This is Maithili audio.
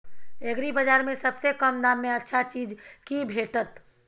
एग्रीबाजार में सबसे कम दाम में अच्छा चीज की भेटत?